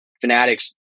fanatics